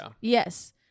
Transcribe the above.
Yes